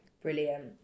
Brilliant